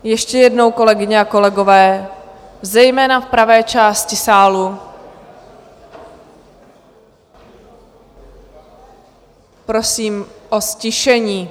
Ještě jednou, kolegyně a kolegové, zejména v pravé části sálu, prosím o ztišení.